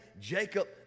Jacob